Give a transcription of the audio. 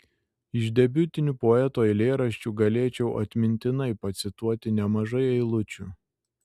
iš debiutinių poeto eilėraščių galėčiau atmintinai pacituoti nemažai eilučių